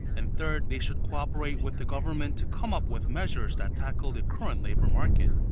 and third they should cooperate with the government to come up with measures that tackle the current labor market.